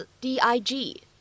d-i-g